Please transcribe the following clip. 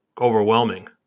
overwhelming